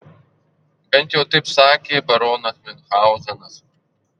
bent jau taip sakė baronas miunchauzenas